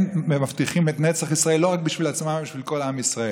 הם מבטיחים את נצח ישראל לא רק בשביל עצמם אלא בשביל כל עם ישראל.